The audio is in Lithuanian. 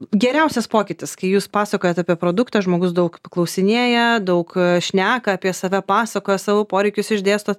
geriausias pokytis kai jūs pasakojat apie produktą žmogus daug klausinėja daug šneka apie save pasakoja savo poreikius išdėsto